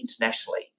internationally